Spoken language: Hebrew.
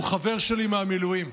הוא חבר שלי מהמילואים.